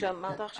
שאמרת עכשיו?